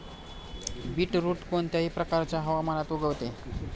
beetroot कोणत्याही प्रकारच्या हवामानात उगवते